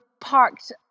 parked